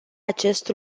acest